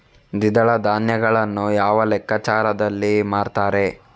ದ್ವಿದಳ ಧಾನ್ಯಗಳನ್ನು ಯಾವ ಲೆಕ್ಕಾಚಾರದಲ್ಲಿ ಮಾರ್ತಾರೆ?